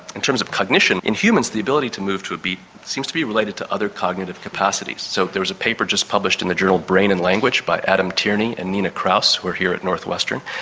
in terms of cognition, in humans the ability to move to a beat seems to be related to other cognitive capacities. so there's a paper just published in the journal brain and language by adam tierney and nina kraus who are here at northwestern,